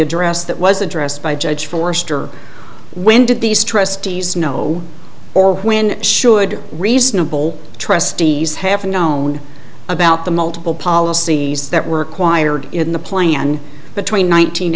addressed that was addressed by judge forster when did these trustees know or when should reasonable trustees have known about the multiple policies that were acquired in the plan between